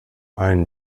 ein